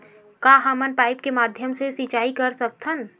का हमन पाइप के माध्यम से सिंचाई कर सकथन?